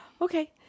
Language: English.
Okay